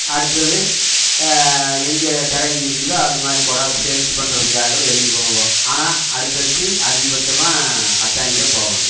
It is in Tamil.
அடுத்தது எங்கே கிராக்கி இருக்குதோ அந்தமாதிரி கொடாப் சேல்ஸ் பண்ணுறதுக்காக வெளியே போவோங்க ஆனால் அடுத்து அடுத்து அதிக பட்சமாக அத்தாணிதான் போவோங்க